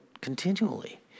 continually